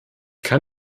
kann